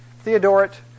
Theodoret